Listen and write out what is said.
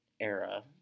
era